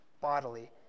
bodily